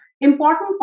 important